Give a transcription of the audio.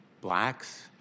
blacks